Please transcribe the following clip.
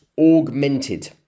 augmented